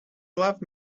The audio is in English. loved